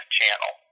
Channel